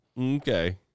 Okay